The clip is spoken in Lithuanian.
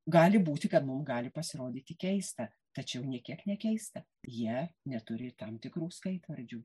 gali būti kad mum gali pasirodyti keista tačiau nė kiek nekeisti jie neturi ir tam tikrų skaitvardžių